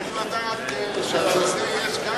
צריך לדעת גם שיש,